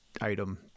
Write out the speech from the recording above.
item